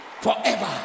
forever